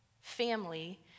Family